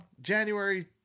January